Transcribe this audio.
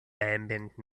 ambient